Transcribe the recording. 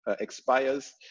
expires